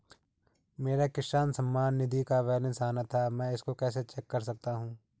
मेरा किसान सम्मान निधि का बैलेंस आना था मैं इसको कैसे चेक कर सकता हूँ?